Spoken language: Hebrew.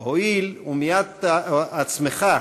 'הואיל ומיעטת עצמך,